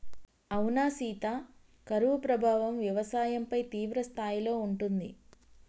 అవునా సీత కరువు ప్రభావం వ్యవసాయంపై తీవ్రస్థాయిలో ఉంటుంది